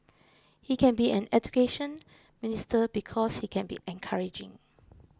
he can be an Education Minister because he can be encouraging